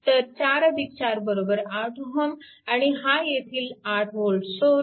तर 44 बरोबर 8Ω आणि हा येथील 8V सोर्स